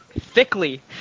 Thickly